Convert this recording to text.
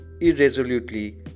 irresolutely